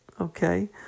Okay